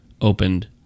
opened